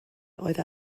oedd